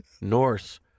Norse